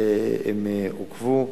הם עוכבו.